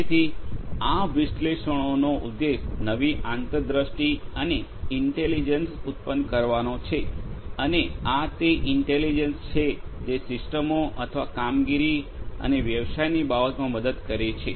તેથી આ વિશ્લેષણોનો ઉદ્દેશ નવી આંતરદૃષ્ટિ અને ઇન્ટેલિજન્સ ઉત્પન્ન કરવાનો છે અને આ તે ઇન્ટેલિજન્સ છે જે સિસ્ટમો અથવા કામગીરી અને વ્યવસાયની બાબતમાં મદદ કરે છે